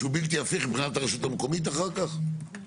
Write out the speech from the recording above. שהוא בלתי הפיך מבחינת הרשות המקומית אחר כך?